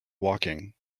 walking